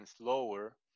slower